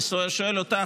אני שואל אותך,